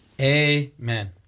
Amen